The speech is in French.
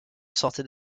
sortait